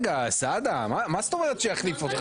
סעדה, מה זאת אומרת שיחליף אותך?